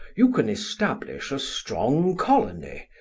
you can establish a strong colony,